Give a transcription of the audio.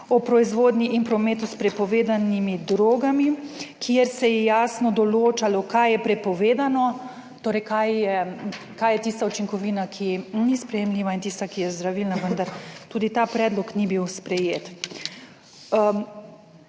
o proizvodnji in prometu s prepovedanimi drogami, kjer se je jasno določalo kaj je prepovedano, torej kaj je tista učinkovina, ki ni sprejemljiva in tista, ki je zdravilna. Vendar tudi ta predlog ni bil sprejet.